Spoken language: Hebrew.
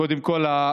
קודם כול,